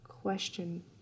question